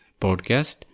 podcast